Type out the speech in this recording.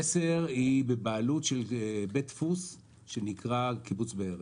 "מסר" הוא בבעלות של בית דפוס שנקרא קיבוץ בארי.